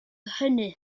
hynny